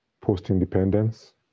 post-independence